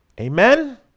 Amen